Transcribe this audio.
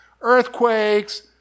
earthquakes